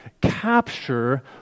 capture